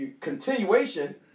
continuation